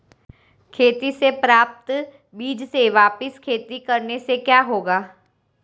खेती से प्राप्त बीज से वापिस खेती करने से क्या होगा?